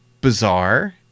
bizarre